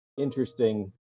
interesting